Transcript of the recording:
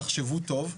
תחשבו טוב.